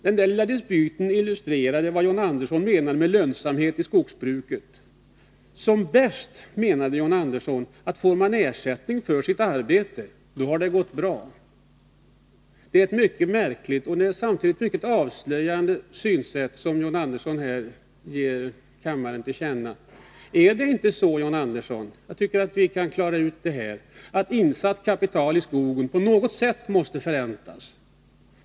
Den där lilla dispyten illustrerar vad John Andersson menar med lönsamhet i skogsbruket. Som bäst, sade John Andersson, får man ersättning för sitt arbete — då har det gått bra. Det är ett mycket märkligt och samtidigt mycket avslöjande synsätt som John Andersson här ger kammaren till känna. Jag tycker att vi skall klara ut det här. Är det inte så, John Andersson, att insatt kapital i skogen på något sätt måste förräntas?